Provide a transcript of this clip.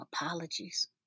apologies